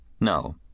No